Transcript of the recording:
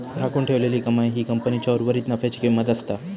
राखून ठेवलेली कमाई ही कंपनीच्या उर्वरीत नफ्याची किंमत असता